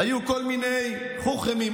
היו כל מיני חוכמים,